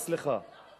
סליחה.